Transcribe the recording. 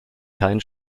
kein